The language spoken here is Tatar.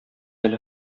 әле